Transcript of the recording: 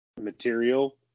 material